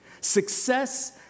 Success